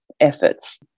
efforts